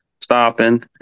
stopping